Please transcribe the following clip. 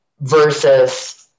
versus